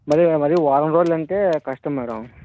మరీ మరీ వారం రోజులంటే కష్టం మేడం